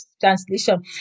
Translation